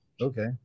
Okay